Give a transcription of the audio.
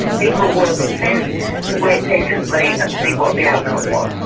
people were content to wait patiently and see what the outcome was.